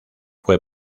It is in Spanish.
fue